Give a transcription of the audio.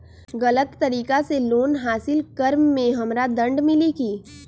गलत तरीका से लोन हासिल कर्म मे हमरा दंड मिली कि?